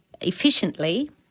efficiently